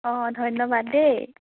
অঁ ধন্যবাদ দেই